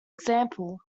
example